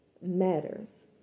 matters